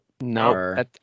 No